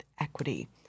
equity